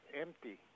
empty